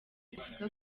ivuga